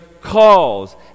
calls